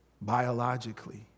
Biologically